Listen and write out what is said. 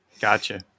gotcha